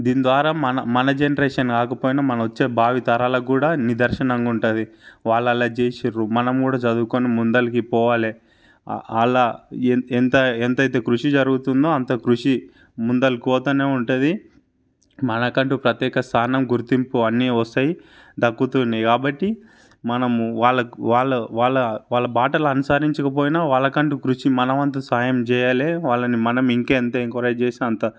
దీని ద్వారా మన మన జనరేషన్ కాకపోయినా మన వచ్చే భావితరాలకు కూడా నిదర్శనంగా ఉంటది వాళ్ళలా చేసిర్రు మనం కూడా చదువుకుని ముందరకి పోవాలి అలా ఎంత ఎంతైతే కృషి జరుగుతుందో అంత కృషి ముందరకి పోతూనే ఉంటుంది మనకంటూ ప్రత్యేక స్థానం గుర్తింపు అన్నీ వస్తాయి దక్కుతుంది కాబట్టి మనము వాళ్ళకు వాళ్ళ వాళ్ళ వాళ్ళ బాటలు అనుసరించకపోయినా వాళ్ళకంటూ కృషి మన వంతు సాయం చేయాలి వాళ్ళని మనం ఇంకా ఎంత ఎంకరేజ్ చేస్తే అంత